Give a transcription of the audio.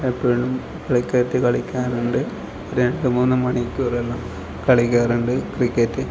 എപ്പോഴും ക്രിക്കറ്റ് കളിക്കാറുണ്ട് രണ്ട് മൂന്ന് മണിക്കൂറെല്ലാം കളിക്കാറുണ്ട് ക്രിക്കറ്റ്